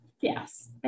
yes